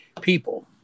people